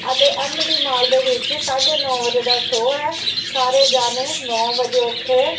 ਅਤੇ M B D mall ਦੇ ਵਿੱਚ ਸਾਢੇ ਨੌਂ ਵਜੇ ਦਾ ਸ਼ੋ ਹੈ ਸਾਰੇ ਜਾਣੇ ਨੌਂ ਵਜੇ ਉੱਥੇ